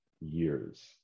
years